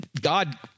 God